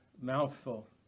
mouthful